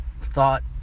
thought